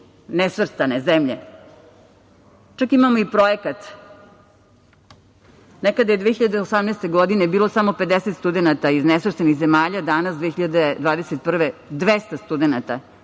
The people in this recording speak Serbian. nesvrstane zemlje. Čak imamo i projekat. Nekada je 2018. godine bilo samo 50 studenata iz nesvrstanih zemalja, danas 2021. godine 200 studenata.